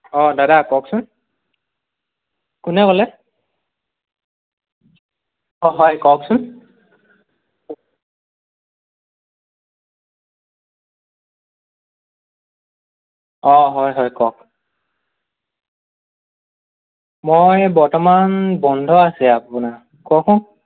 অ' দাদা কওকচোন কোনে ক'লে অ' হয় কওকচোন অ' হয় হয় কওক মই বৰ্তমান বন্ধ আছে আপোনাৰ কওকচোন